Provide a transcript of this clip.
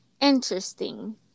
Interesting